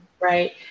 Right